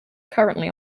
currently